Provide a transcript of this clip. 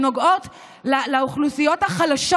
שנוגעות לאוכלוסיות החלשות,